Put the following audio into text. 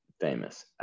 famous